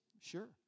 Sure